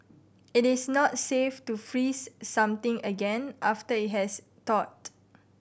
it is not safe to freeze something again after it has thawed